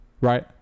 right